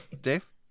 Dave